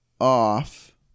off